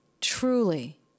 truly